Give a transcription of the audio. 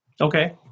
Okay